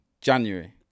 January